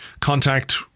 contact